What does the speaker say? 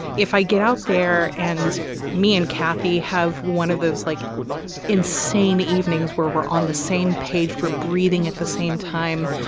if i get out there and me and kathy have one of those like insane evenings where we're on the same page we're breathing at the same time.